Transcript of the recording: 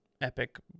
epic